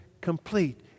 complete